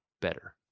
better